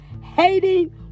hating